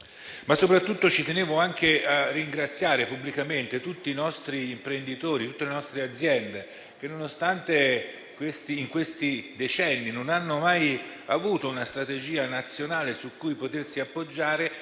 Ma soprattutto ci tengo a ringraziare pubblicamente tutti i nostri imprenditori e tutte le nostre aziende, che, nonostante in questi decenni non abbiano mai avuto una strategia nazionale su cui potersi appoggiare,